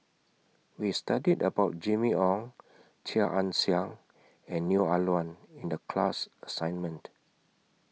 We studied about Jimmy Ong Chia Ann Siang and Neo Ah Luan in The class assignment